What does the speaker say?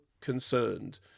concerned